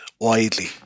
widely